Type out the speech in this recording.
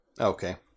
Okay